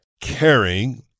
caring